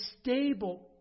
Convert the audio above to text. stable